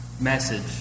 message